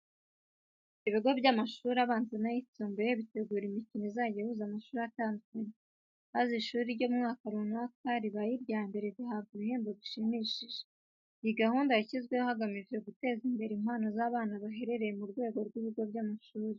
Ibigo by'amashuri abanza n'ayisumbuye bitegura imikino izajya ihuza amashuri atandukanye, maze ishuri ryo mu mwaka runaka ribaye irya mbere rigahabwa ibihembo bishimishije. Iyi gahunda yashyizweho hagamijwe guteza imbere impano z'abana bahereye ku rwego rw'ibigo by'amashuri.